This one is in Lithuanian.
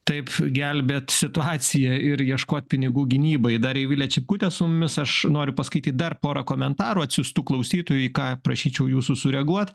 taip gelbėt situaciją ir ieškot pinigų gynybai dar eivilė čipkutė su mumis aš noriu paskaityt dar porą komentarų atsiųstų klausytojų į ką prašyčiau jūsų sureaguot